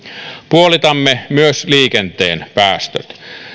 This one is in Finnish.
puolitamme myös liikenteen päästöt